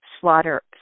Slaughter